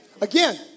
Again